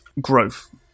growth